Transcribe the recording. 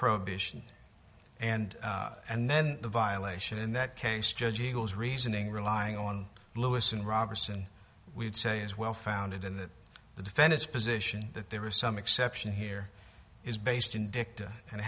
prohibition and and then the violation in that case judge eagles reasoning relying on lewis and robertson we'd say is well founded in that the defendant's position that there are some exceptions here is based invicta and